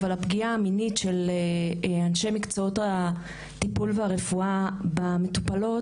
אבל הפגיעה המינית של אנשי מקצועות הטיפול והרפואה במטופלות,